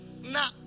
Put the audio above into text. nah